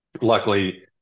luckily